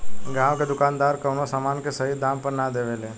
गांव के दुकानदार कवनो समान के सही दाम पर ना देवे ले